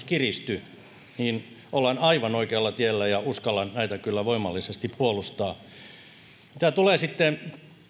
kiristy ollaan aivan oikealla tiellä ja uskallan näitä kyllä voimallisesti puolustaa mitä tulee sitten